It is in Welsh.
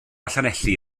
llanelli